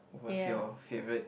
was your favourite